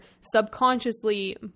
subconsciously